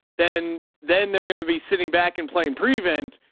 then, then they're going to be sitting back and playing prevent.